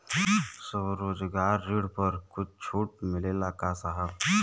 स्वरोजगार ऋण पर कुछ छूट मिलेला का साहब?